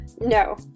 No